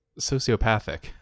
sociopathic